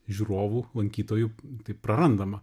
žiūrovų lankytojų taip prarandama